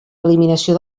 eliminació